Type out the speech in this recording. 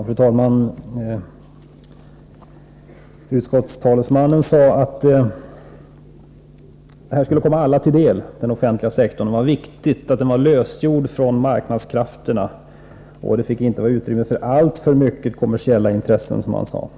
Fru talman! Utskottstalesmannen sade att den offentliga sektorn skulle komma alla till del och att det var viktigt att den var lösgjord från marknadskrafterna. Det fick inte vara utrymme för alltför mycket kommersiella intressen, sade han.